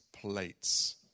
plates